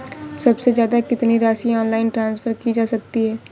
सबसे ज़्यादा कितनी राशि ऑनलाइन ट्रांसफर की जा सकती है?